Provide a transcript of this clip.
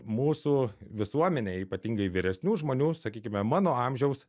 mūsų visuomenė ypatingai vyresnių žmonių sakykime mano amžiaus